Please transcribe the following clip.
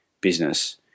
business